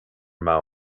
mau